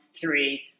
three